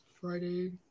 friday